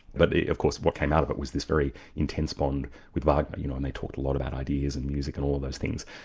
but of course what came out of it was this very intense bond with wagner you know and they talked a lot about ideas in music and all those things,